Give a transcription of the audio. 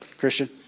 Christian